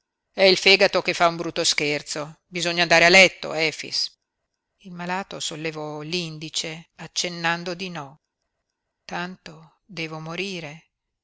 è il fegato che fa un brutto scherzo bisogna andare a letto efix il malato sollevò l'indice accennando di no tanto devo morire